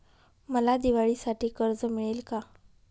मला दिवाळीसाठी कर्ज मिळेल का?